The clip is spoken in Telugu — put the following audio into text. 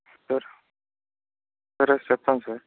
సార్ సరే సార్ చెప్తాను సార్